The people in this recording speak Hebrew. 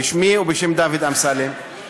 בשמי ובשם דוד אמסלם,